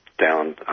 down